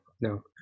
no